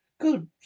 Good